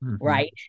Right